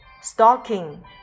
stocking